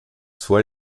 soit